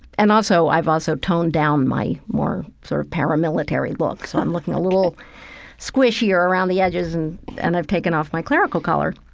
and also i've toned down my more sort of paramilitary look, so i'm looking a little squishier around the edges and and i've taken off my clerical collar.